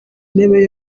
ntebe